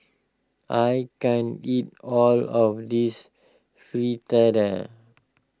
I can't eat all of this Fritada